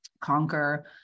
conquer